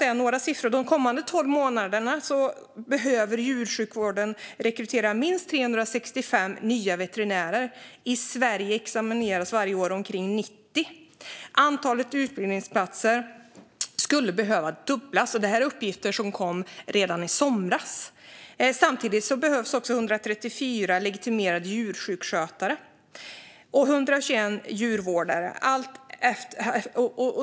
De kommande tolv månaderna behöver djursjukvården rekrytera minst 365 nya veterinärer. I Sverige examineras varje år omkring 90 veterinärer. Antalet utbildningsplatser skulle behöva dubblas. Dessa uppgifter kom redan i somras. Det behövs också 134 legitimerade djursjukskötare och 121 djurvårdare.